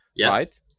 right